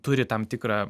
turi tam tikrą